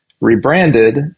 rebranded